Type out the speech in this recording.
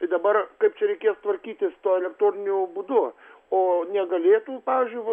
tai dabar kaip čia reikės tvarkytis tuo elektroniniu būdu o negalėtų pavyzdžiui